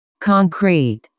Concrete